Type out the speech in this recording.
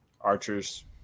Archers